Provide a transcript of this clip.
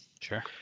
Sure